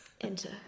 Enter